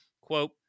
Quote